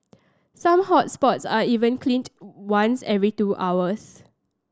some hot spots are even cleaned once every two hours